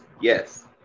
yes